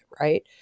Right